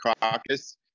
Caucus